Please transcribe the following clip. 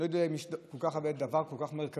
אני לא יודע אם יש דבר כל כך מרכזי,